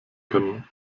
können